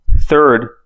third